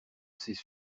ces